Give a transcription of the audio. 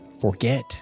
Forget